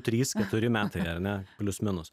trys keturi metai ar ne plius minus